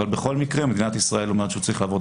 אבל בכל מקרה מדינת ישראל אומרת שהוא צריך לעבור את